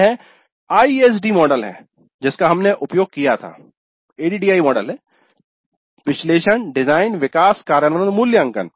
यह ISD model है जिसका हमने उपयोग किया था एडीडीआईई मॉडल है विश्लेषण डिजाइन विकास कार्यान्वयन और मूल्यांकन